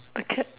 a cat